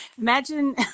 Imagine